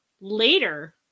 later